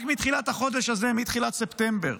רק מתחילת החודש הזה, מתחילת ספטמבר: